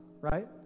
right